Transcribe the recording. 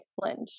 flinch